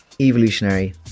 evolutionary